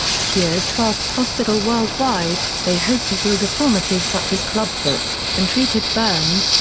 cure's twelfth hospital worldwide, they hope to heal deformities such as clubfoot, untreated burns,